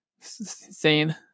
Insane